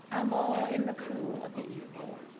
amo in the cool of the evening.